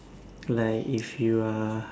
like if you are